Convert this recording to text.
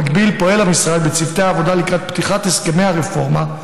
במקביל פועל המשרד בצוותי עבודה לקראת פתיחת הסכמי הרפורמה,